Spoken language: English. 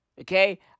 okay